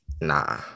Nah